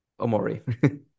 Omori